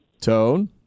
Tone